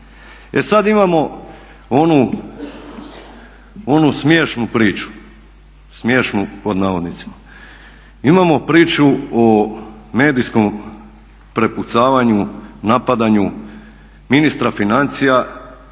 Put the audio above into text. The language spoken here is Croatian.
E sad, imamo onu "smiješnu" priču, imamo priču o medijskom prepucavanju, napadanju ministra financija